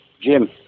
Jim